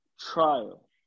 trial